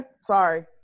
sorry